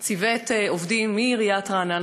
ציוות עובדים מעיריית רעננה.